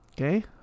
Okay